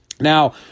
Now